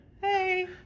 Hey